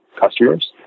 customers